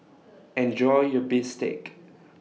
Enjoy your Bistake